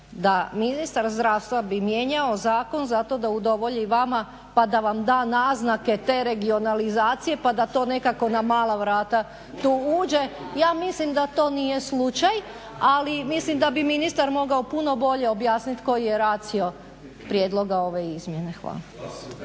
da ministar zdravstva bi mijenjao zakon zato da udovolji vama pa da vam da naznake te regionalizacije pa da to nekako na mala vrata tu uđe? Ja mislim da to nije slučaj, ali mislim da bi ministar mogao puno bolje objasniti koji je racio prijedloga ove izmjene. Hvala.